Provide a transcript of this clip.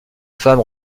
femme